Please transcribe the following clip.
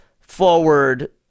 forward